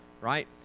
right